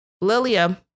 Lilia